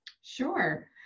Sure